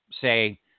say